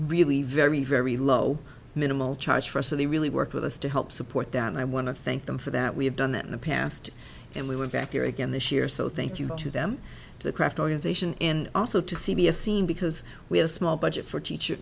really very very low minimal charge for us so they really worked with us to help support them and i want to thank them for that we have done that in the past and we were back here again this year so thank you to them the craft organisation and also to c b s scene because we have small budget for teacher